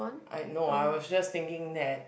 I no I was just thinking that